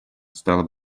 стало